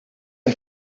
ein